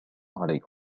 عليكم